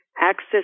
access